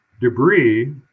debris